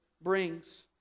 brings